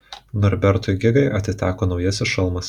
norbertui gigai atiteko naujasis šalmas